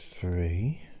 three